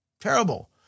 Terrible